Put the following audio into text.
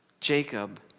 Jacob